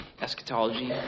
eschatology